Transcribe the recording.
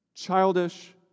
Childish